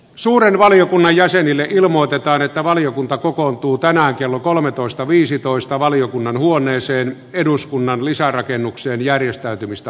suuren valiokunnan jäsenille ilmoitetaan että valiokunta kokoontuu tänään kello kolmetoista viisitoista euroopan neuvoston suomen valtuuskunnan järjestäytymistä